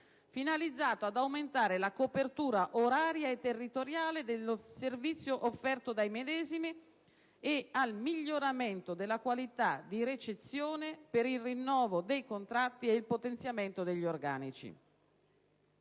finalizzato ad aumentare la copertura oraria e territoriale del servizio offerto dai medesimi, al miglioramento della qualità di ricezione e per il rinnovo dei contratti e il potenziamento degli organici.